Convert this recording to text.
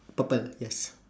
purple yes